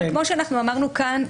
כמו שאמרנו כאן,